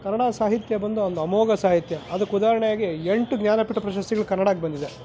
ಕನ್ನಡ ಸಾಹಿತ್ಯ ಬಂದು ಒಂದು ಅಮೋಘ ಸಾಹಿತ್ಯ ಅದಕ್ಕೆ ಉದಾಹರಣೆಯಾಗಿ ಎಂಟು ಜ್ಞಾನಪೀಠ ಪ್ರಶಸ್ತಿಗಳು ಕನ್ನಡಕ್ಕೆ ಬಂದಿದೆ